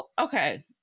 okay